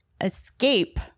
escape